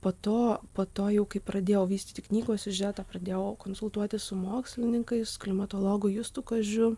po to po to jau kai pradėjau vystyti knygos siužetą pradėjau konsultuotis su mokslininkais klimatologu justu kažiu